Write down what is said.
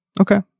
Okay